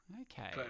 Okay